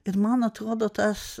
ir man atrodo tas